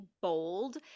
bold